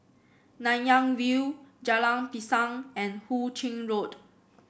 Nanyang View Jalan Pisang and Hu Ching Road